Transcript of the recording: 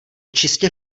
čistě